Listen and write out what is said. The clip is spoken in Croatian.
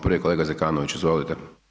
Prvi je kolega Zekanović, izvolite.